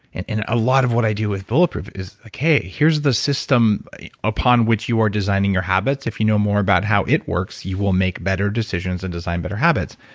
and and a lot of what i do with bulletproof is, okay, here's the system upon which you are designing your habits. if you know more about how it works, you will make better decisions and design better habits.